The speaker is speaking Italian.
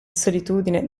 solitudine